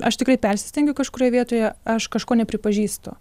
aš tikrai persistengiu kažkurioj vietoje aš kažko nepripažįstu